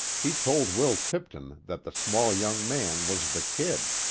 he told will tipton that the small young man was the kid.